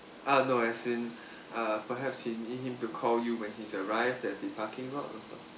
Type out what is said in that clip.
uh no as in uh perhaps you need him to call you when he's arrived at the parking lot or some~